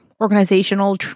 organizational